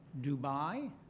Dubai